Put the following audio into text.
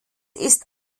ist